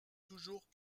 toujours